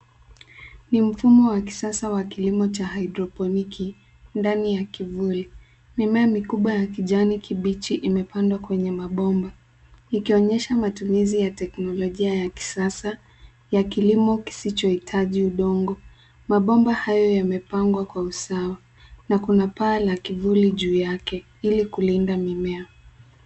Ni mfumo wa kisasa wa kilimo cha haidroponiki ndani ya kivuli. Mimea mikubwa ya kijani kibichi imepandwa kwenye mabomba ikionyesha matumizi ya teknolojia ya kisasa ya kilimo kisichohitaji udongo. Mabomba hayo yamepangwa kwa usawa na kuna paa la kivuli juu yake ili kulinda mimea.